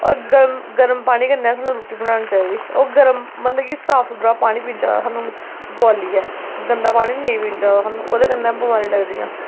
होर गर्म पानी कन्नै सानू रुट्टी बनानी चाहिदी होर गर्म मतलब कि साफ सुथरा पानी पीना चाहिदा सानू बोआलियै गंदा पानी नेईं पीना चाहिदा सानू